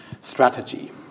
strategy